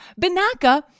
Benaka